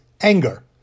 anger